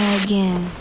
again